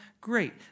great